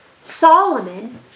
Solomon